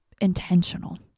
intentional